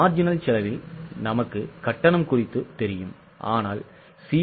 marginal செலவில் நமக்கு கட்டணம் குறித்து தெரியும் ஆனால் சி